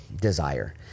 desire